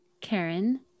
Karen